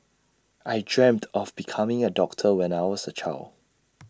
I dreamt of becoming A doctor when I was A child